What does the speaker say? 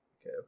okay